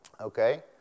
Okay